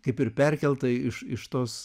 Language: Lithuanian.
kaip ir perkelta iš iš tos